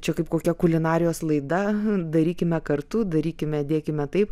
čia kaip kokia kulinarijos laida darykime kartu darykime dėkime taip